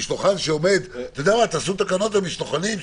תעשו תקנות למשלוחנים,